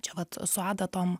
čia vat su adatom